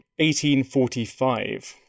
1845